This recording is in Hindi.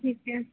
ठीक है